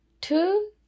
two